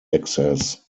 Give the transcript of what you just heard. access